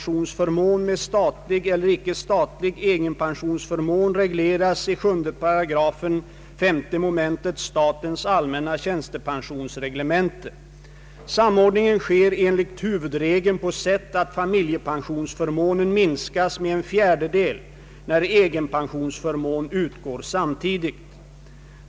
icke-statlig egenpensionsförmån regleras i 7 8 5 mom. statens allmänna tjänstepensionsreglemente. Samordningen sker enligt huvudregeln på så sätt att familjepensionsförmånen minskas med en fjärdedel när egenpensionsförmån utgår samtidigt.